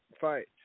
fight